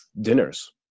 dinners